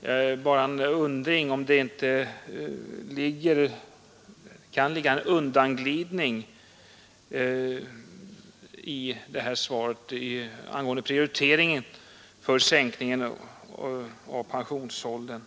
Jag bara undrar om det inte kan ligga en undanglidning i det här svaret angående prioriteringen för sänkning av pensionsåldern.